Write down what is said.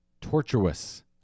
Tortuous